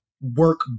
work